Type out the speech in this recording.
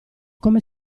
come